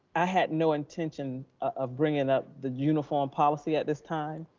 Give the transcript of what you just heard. i had no intention of bringing up the uniform policy at this time.